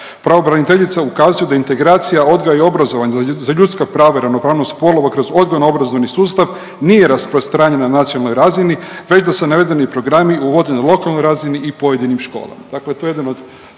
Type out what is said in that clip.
Pravobraniteljica ukazuje da integracija odgoja i obrazovanja za ljudska prava i ravnopravnost spolova kroz odgojno-obrazovni sustav nije rasprostranjena na nacionalnoj razini već da se navedeni programi uvode na lokalnoj razini i pojedinim školama.